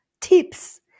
tips